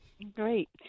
Great